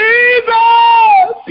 Jesus